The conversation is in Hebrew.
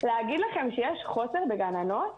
להגיד לכם שיש חוסר בגננות?